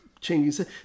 Changing